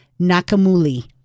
Nakamuli